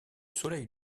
soleil